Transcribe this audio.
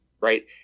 right